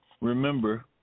remember